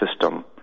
system